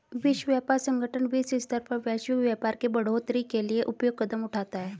विश्व व्यापार संगठन विश्व स्तर पर वैश्विक व्यापार के बढ़ोतरी के लिए उपयुक्त कदम उठाता है